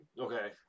Okay